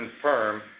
confirm